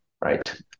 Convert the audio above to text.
right